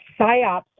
PSYOPs